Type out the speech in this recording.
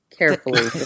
carefully